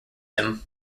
him